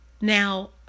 Now